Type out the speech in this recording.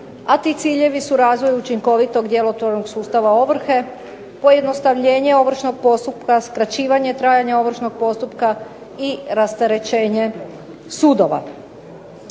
a ti ciljevi su razvoj učinkovitog djelotvornog sustava ovrhe, pojednostavljenje ovršnog postupka, skraćivanje trajanja ovršnog postupka, i rasterećenje sudova.